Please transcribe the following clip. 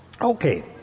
Okay